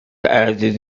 added